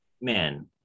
man